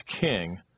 king